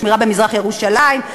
לשמירה במזרח-ירושלים,